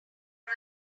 now